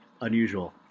unusual